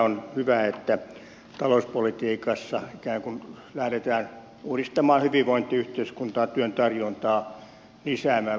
on hyvä että talouspolitiikassa ikään kuin lähdetään uudistamaan hyvinvointiyhteiskuntaa työn tarjontaa lisäämällä